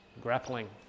grappling